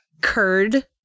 Curd